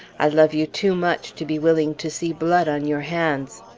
i love you too much to be willing to see blood on your hands.